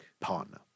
partner